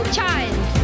child